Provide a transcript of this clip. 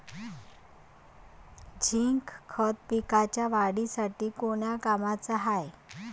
Zinc खत पिकाच्या वाढीसाठी कोन्या कामाचं हाये?